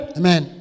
Amen